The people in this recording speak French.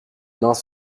mains